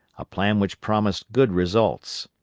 a plan which promised good results.